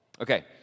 Okay